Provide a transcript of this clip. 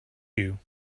you